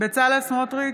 בצלאל סמוטריץ'